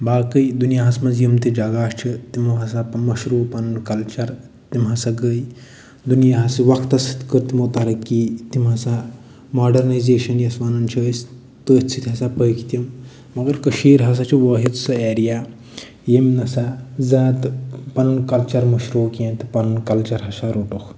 باقٕے دُنیاہس منٛز یِم تہِ جگہ چھِ تِمو ہَسا مٔشرو پنُن کلچر تِم ہَسا گٔے دُنیاہس وقتس سۭتۍ کٔر تِمو ترقی تِم ہَسا ماڈٕرنایزیشن یَس وَنان چھِ أسۍ تٔتھۍ سۭتۍ ہَسا پٔکۍ تِم مگر کٔشیٖرِ ہَسا چھِ وٲحد سُہ اٮ۪رِیا ییٚمۍ نَہ سا زیادٕ پنُن کلچر مٔشرو کیٚنٛہہ تہٕ پنُن کلچر ہَسا روٚٹُکھ